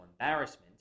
embarrassment